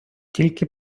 тільки